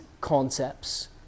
concepts